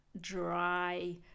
dry